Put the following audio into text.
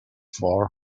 for